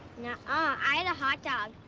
yeah ah i had a hot dog.